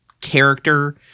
character